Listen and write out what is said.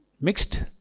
mixed